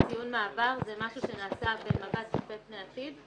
שציון מעבר זה משהו שנעשה במבט צופה פני עתיד,